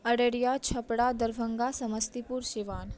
Araria Chhapra Darbhanga Samastipur Siwan